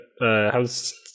How's